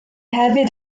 hefyd